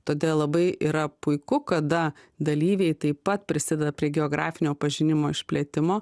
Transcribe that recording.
todėl labai yra puiku kada dalyviai taip pat prisideda prie geografinio pažinimo išplėtimo